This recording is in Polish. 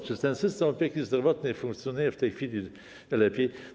Czy ten system opieki zdrowotnej funkcjonuje w tej chwili lepiej?